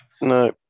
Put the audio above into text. No